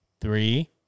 Three